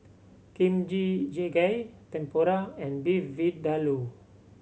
Kimchi Jjigae Tempura and Beef Vindaloo